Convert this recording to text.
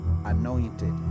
anointed